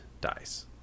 dies